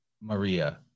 maria